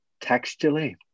textually